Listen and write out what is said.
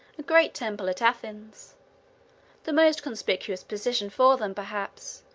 a great temple at athens the most conspicuous position for them, perhaps,